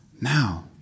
now